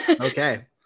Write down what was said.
Okay